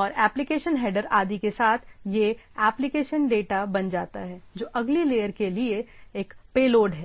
और application header आदि के साथ यह एक एप्लिकेशन डेटा बन जाता है जो अगली लेयर के लिए एक पेलोड है